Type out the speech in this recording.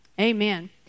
Amen